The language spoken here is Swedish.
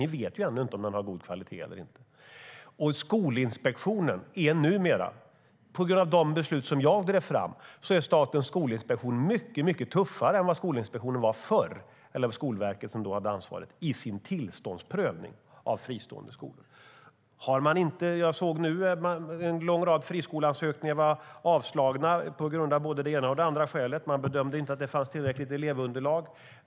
Ni vet ännu inte om den har god kvalitet eller inte. Jag såg nu att en lång rad friskoleansökningar var avslagna av både det ena och det andra skälet. Man bedömde inte att det fanns ett tillräckligt elevunderlag.